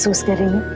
so spirit of